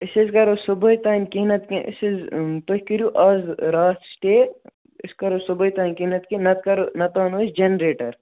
أسۍ حظ کَرو صُبحٲے تانۍ کیٚنٛہہ نَتہٕ کیٚنٛہہ أسۍ حظ تُہۍ کٔرِو اَز راتھ سِٹے أسۍ کَرو صُبحٲے تانۍ کیٚنٛہہ نَتہٕ کیٚنٛہہ نَتہٕ کَرو نَتہٕ اَنو أسۍ جنریٹر